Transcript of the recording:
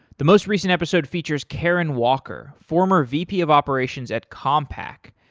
the most recent episode features karen walker, former vp of operations at compaq.